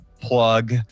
plug